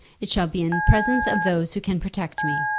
it shall be in presence of those who can protect me.